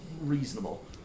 reasonable